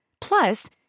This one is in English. Plus